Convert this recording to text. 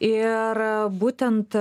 ir būtent